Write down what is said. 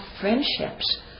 friendships